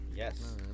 Yes